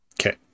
okay